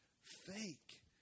fake